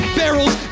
barrels